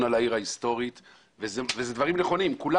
על העיר ההיסטורית וכל הדברים האלה נכונים.